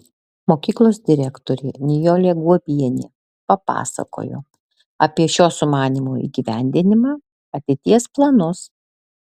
mokyklos direktorė nijolė guobienė papasakojo apie šio sumanymo įgyvendinimą ateities planus